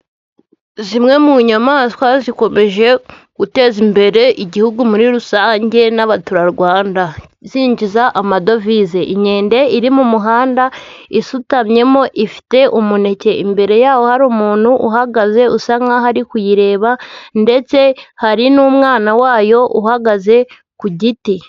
Zimwe mu nyamaswa zikomeje guteza imbere igihugu muri rusange n'abaturarwanda zinjiza amadovize, inkende iri mu muhanda isutamyemo ifite umuneke, imbere y'aho hari umuntu uhagaze usa nkaho ari kuyireba ndetse hari n'umwana wayo uhagaze ku giti.